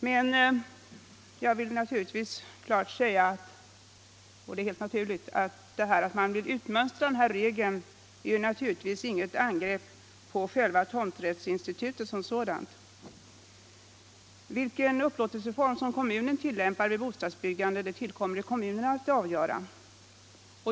Men jag kan helt klart säga att när man vill utmönstra Onsdagen den nämnda regel är detta naturligtvis inget angrepp på tomträttsinstitutet 25 februari 1976 som sådant. Vilken upplåtelseform som kommunen tillämpar vid bostadsbyggande tillkommer det kommunen att avgöra.